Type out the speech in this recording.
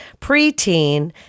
preteen